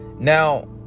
Now